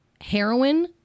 heroin